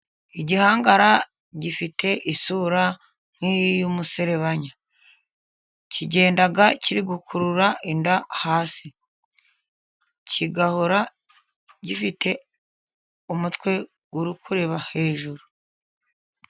Igihangara gifite isura nk'iy'umuserebanya. Kigenda kiri gukurura inda hasi, kigahora gifite umutwe uri kureba hejuru.